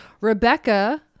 Rebecca